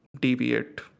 deviate